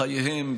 בחייהם,